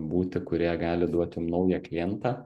būti kurie gali duoti jum naują klientą